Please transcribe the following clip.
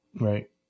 Right